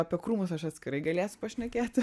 apie krūmus aš atskirai galėsiu pašnekėti